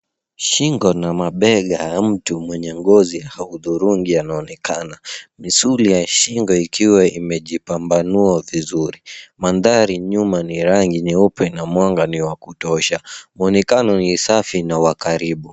Shingo na mabega ya mtu mwenye ngozi ya hudhurungi anaonekana. Misuli ya shingo ikiwa imejipambanua vizuri. Mandhari nyuma ni rangi nyeupe na mwanga ni wa kutosha. Mwonekano ni safi na wa karibu.